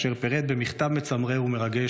פירט במכתב מצמרר ומרגש,